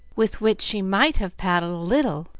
with which she might have paddled a little,